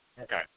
Okay